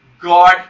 God